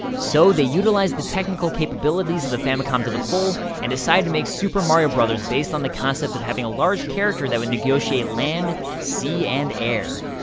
so utilized the technical capabilities of the famicom to the full and decided to make super mario bros. based on the concept of having a large character that would negotiate land, sea and air.